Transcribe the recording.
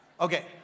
Okay